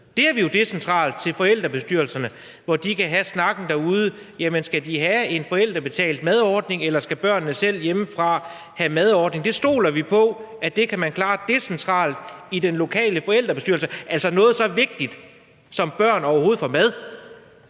Det ligger jo decentralt hos forældrebestyrelserne, hvor de kan have snakken derude om, om de skal have en forældrebetalt madordning, eller om børnene skal have mad med hjemmefra. Det stoler vi på at man kan klare decentralt i den lokale forældrebestyrelse – altså noget så vigtigt, som at børn overhovedet får mad.